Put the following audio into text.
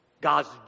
God's